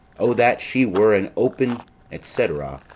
o that she were an open et cetera,